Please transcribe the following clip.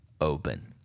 open